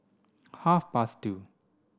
half past two